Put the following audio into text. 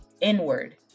inward